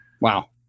Wow